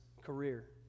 career